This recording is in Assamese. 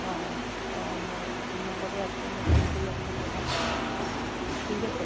অঁ অঁ অঁ মোৰ ফোন নম্বৰটো আছেই মই ফোন কৰি আপোনাক জনাম ঠিক আছে